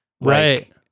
right